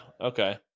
okay